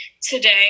today